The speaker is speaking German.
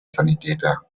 sanitäter